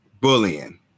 bullying